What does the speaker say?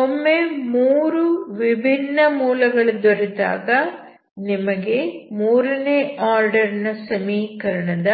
ಒಮ್ಮೆ ಮೂರು ವಿಭಿನ್ನ ಮೂಲಗಳು ದೊರೆತಾಗ ನಿಮಗೆ ಮೂರನೇ ಆರ್ಡರ್ ನ ಸಮೀಕರಣದ